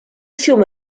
fiume